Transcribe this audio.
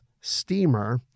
Steamer